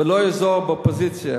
ולא יעזור לאופוזיציה,